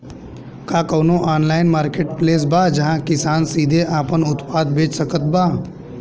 का कउनों online marketplace बा जहां किसान सीधे आपन उत्पाद बेच सकत बा?